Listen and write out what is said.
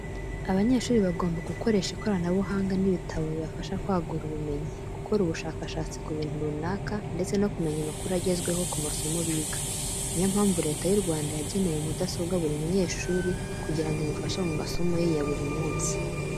Abanyeshuri bagomba gukoresha ikoranabuhanga n'ibitabo bibafasha kwagura ubumenyi. Gukora ubushakashatsi ku bintu runaka ndetse no kumenya amakuru agezweho ku masomo biga. Ni yo mpamvu Leta y'u Rwanda yageneye mudasobwa buri munyeshuri kugira ngo imufashe mu masomo ye ya buri munsi.